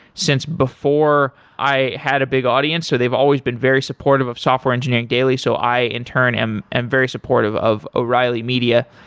since before i had a big audience. so they've always been very supportive of software engineering daily, so in turn am am very supportive of o'reilly media,